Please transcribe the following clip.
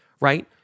right